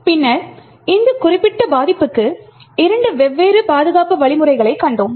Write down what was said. பின்னர் இந்த குறிப்பிட்ட பாதிப்புக்கு இரண்டு வெவ்வேறு பாதுகாப்பு வழிமுறைகளைக் கண்டோம்